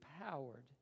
empowered